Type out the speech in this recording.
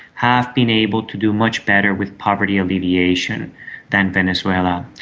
have been able to do much better with poverty alleviation than venezuela.